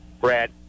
brad